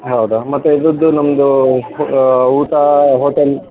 ಹೌದಾ ಮತ್ತೆ ಇದ್ರುದು ನಮ್ದು ಊಟ ಹೋಟೆಲ್